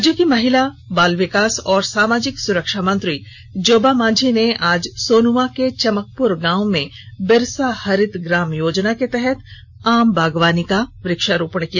राज्य की महिला बाल विकास एवं सामाजिक सुरक्षा मंत्री जोबा माझी ने आज सोनुआ के चमकपुर गाँव में बिरसा हरित ग्राम योजना के तहत आम बागवानी का वृक्षारोपण किया